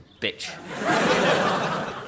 bitch